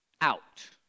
Out